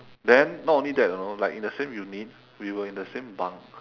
then not only that you know like in the same unit we were in the same bunk